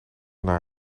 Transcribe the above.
naar